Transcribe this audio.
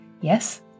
Yes